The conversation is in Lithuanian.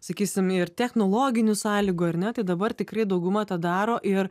sakysim ir technologinių sąlygų ar ne tai dabar tikrai dauguma tą daro ir